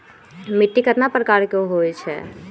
मिट्टी कतना प्रकार के होवैछे?